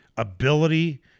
Ability